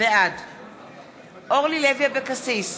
בעד אורלי לוי אבקסיס,